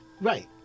right